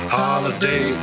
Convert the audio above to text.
holiday